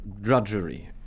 drudgery